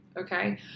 okay